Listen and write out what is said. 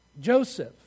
Joseph